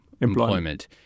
employment